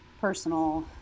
personal